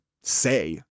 say